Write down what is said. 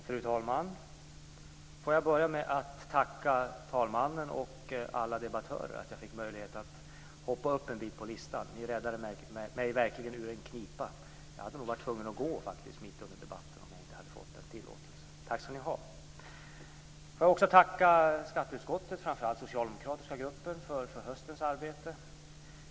Fru talman! Jag vill börja med att tacka talmannen och alla debattörer för att jag fick möjlighet att komma en bit längre upp på talarlistan. Ni räddade mig verkligen ur en knipa. Jag hade nog varit tvungen att lämna kammaren mitt uppe i debatten om jag inte hade fått tillåtelse att få ordet tidigare. Tack skall ni ha! Jag vill också tacka skatteutskottet, framför allt den socialdemokratiska gruppen, för höstens arbete.